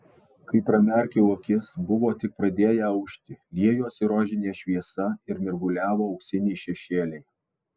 kai pramerkiau akis buvo tik pradėję aušti liejosi rožinė šviesa ir mirguliavo auksiniai šešėliai